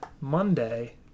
monday